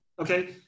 okay